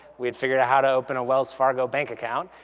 we had figured out how to open a wells fargo bank account,